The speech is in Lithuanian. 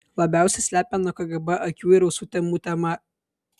labiausiai slepiama nuo kgb akių ir ausų temų tema